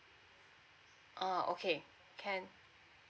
oh okay can